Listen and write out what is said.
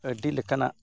ᱟᱹᱰᱤ ᱞᱮᱠᱟᱱᱟᱜ